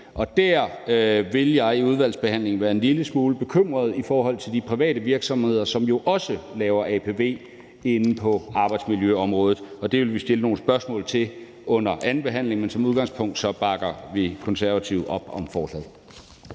Og der vil jeg i udvalgsbehandlingen være en lille smule bekymret i forhold til de private virksomheder, som jo også laver apv inden for arbejdsmiljøområdet, og det vil vi stille nogle spørgsmål om under andenbehandlingen. Men som udgangspunkt bakker Konservative op om forslaget.